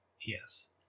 Yes